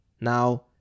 Now